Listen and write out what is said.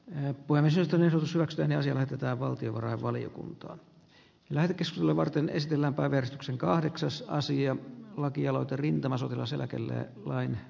ne voi vesistön ehdotus lasten asia lähetetään aloitteena hyvä sen takia että tästä käydään keskustelua täällä eduskunnassa